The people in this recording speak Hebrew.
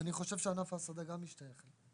ואני חושב שענף ההסעדה גם משתייך.